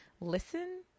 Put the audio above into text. listen